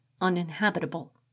uninhabitable